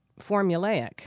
formulaic